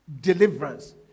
deliverance